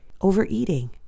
overeating